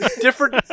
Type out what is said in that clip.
Different